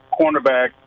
cornerback